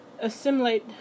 Assimilate